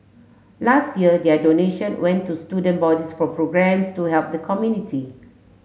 last year their donation went to student bodies for programmes to help the community